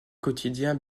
quotidien